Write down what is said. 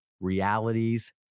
realities